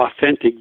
authentic